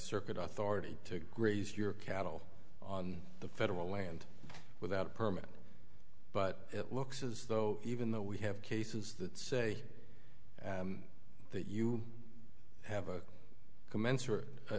circuit authority to graze your cattle on the federal land without a permit but it looks as though even though we have cases that say that you have a